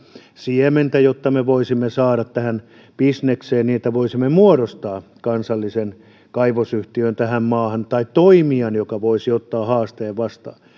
siementä jotta me voisimme saada rahaa tähän bisnekseen niin että me voisimme muodostaa kansallisen kaivosyhtiön tähän maahan tai toimijan joka voisi ottaa haasteen vastaan